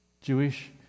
Jewish